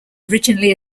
originally